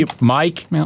Mike